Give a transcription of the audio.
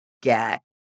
get